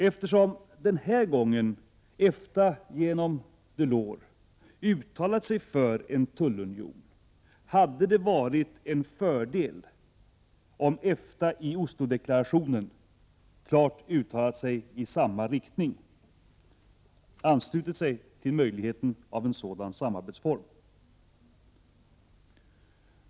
Eftersom den här gången EFTA genom Delors uttalat sig för en tullunion hade det varit en fördel, om EFTA i Oslodeklarationen klart uttalat sig i samma riktning, anslutit sig till möjligheten av en sådan samarbetsform.